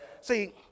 See